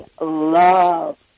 love